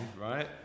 right